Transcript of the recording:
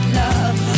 love